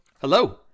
Hello